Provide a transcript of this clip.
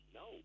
no